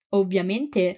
ovviamente